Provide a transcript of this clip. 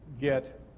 get